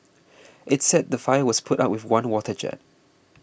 it's said the fire was put out with one water jet